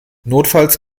notfalls